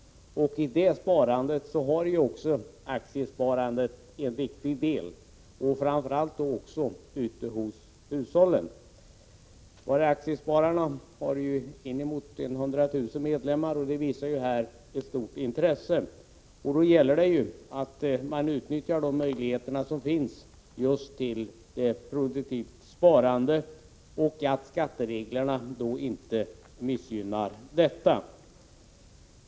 I det sparandet är aktiesparandet en viktig del, framför allt i hushållens sparande. Bara Aktiespararna har ju inemot 100 000 medlemmar. Det visar hur stort intresset är. Det gäller att man då utnyttjar de möjligheter till ett produktivt sparande som finns och att skattereglerna inte missgynnar ett sådant sparande.